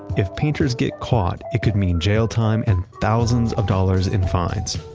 if painters get caught, it could mean jail time and thousands of dollars in fines.